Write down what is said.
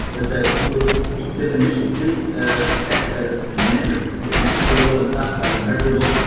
is that people see definition in success that is metricable metricable and stuff and measurable.